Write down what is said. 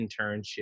internship